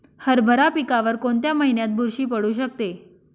हरभरा पिकावर कोणत्या महिन्यात बुरशी पडू शकते?